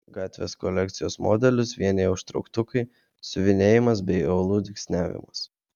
gatvės kolekcijos modelius vienija užtrauktukai siuvinėjimas bei aulų dygsniavimas